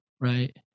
right